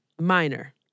Minor